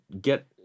get